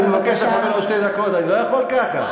אני מבקש לקבל עוד שתי דקות, אני לא יכול ככה.